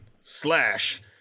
slash